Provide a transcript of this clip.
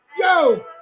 Yo